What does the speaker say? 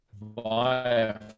via